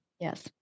yes